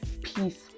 peace